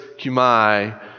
Kumai